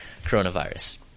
coronavirus